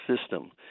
system